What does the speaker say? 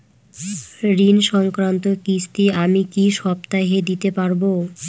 ঋণ সংক্রান্ত কিস্তি আমি কি সপ্তাহে দিতে পারবো?